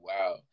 wow